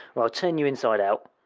or i'll turn you inside out!